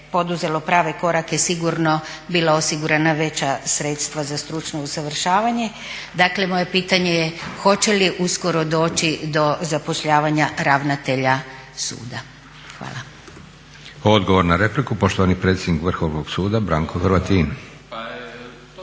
poduzelo prave korake sigurno bila osigurana veća sredstva za stručno usavršavanje. Dakle moje pitanje je hoće li uskoro doći do zapošljavanja ravnatelja suda? Hvala.